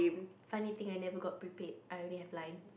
funny thing I never got prepaid I only have line